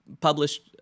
published